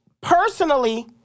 personally